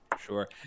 sure